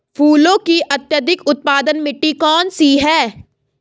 फूलों की अत्यधिक उत्पादन मिट्टी कौन सी है?